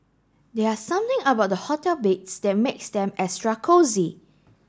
there are something about the hotel beds that makes them extra cosy